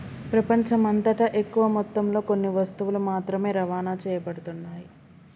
ప్రపంచమంతటా ఎక్కువ మొత్తంలో కొన్ని వస్తువులు మాత్రమే రవాణా చేయబడుతున్నాయి